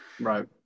Right